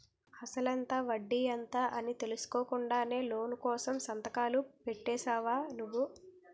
అసలెంత? వడ్డీ ఎంత? అని తెలుసుకోకుండానే లోను కోసం సంతకాలు పెట్టేశావా నువ్వు?